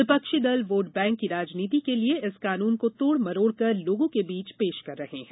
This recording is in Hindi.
विपक्षी दल वोट बैंक की राजनीति के लिए इस कानून को तोड़ मरोड़कर लोगों के बीच पेश कर रहे हैं